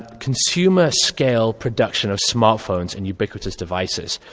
consumer scale production of smart phones and ubiquitous devices.